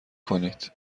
کنید